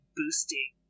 boosting